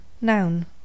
noun